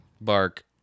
Bark